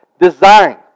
design